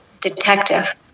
detective